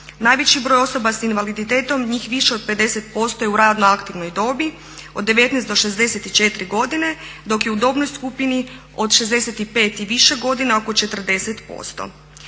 Najveći broj osoba sa invaliditetom, njih više od 50% je u radno aktivnoj dobi od 19 do 64 godine, dok je u dobnoj skupini od 65 i više godina oko 40%.